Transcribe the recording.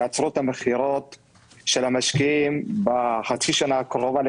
תעצור את הקנייה של המשקיעים בחצי השנה הקרובה.